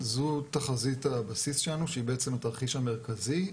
זו תחזית הבסיס שלנו שהיא בעצם התרחיש המרכזי,